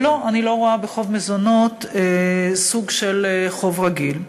ולא, אני לא רואה בחוב מזונות סוג של חוב רגיל.